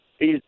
hes